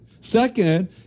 Second